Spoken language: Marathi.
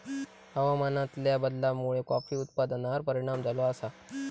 हवामानातल्या बदलामुळे कॉफी उत्पादनार परिणाम झालो आसा